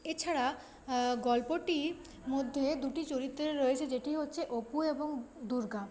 এছাড়া গল্পটির মধ্যে দুটি চরিত্র রয়েছে যেটি হচ্ছে অপু এবং দুর্গা